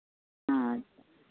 अच्छा